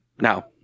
Now